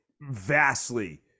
vastly